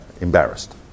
embarrassed